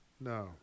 No